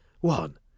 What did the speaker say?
One